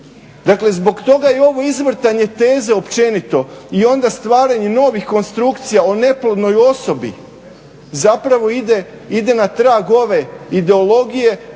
Dakle zbog toga i ovo izvrtanje teze općenito i onda stvaranje novih konstrukcija o neplodnoj osobi zapravo ide na trag ove ideologije